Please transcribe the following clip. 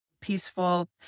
peaceful